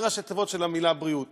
אלה ראשי תיבות של המילה בריאות.